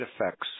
effects